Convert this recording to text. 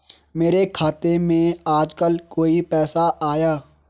मेरे खाते में आजकल कोई पैसा आया?